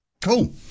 Cool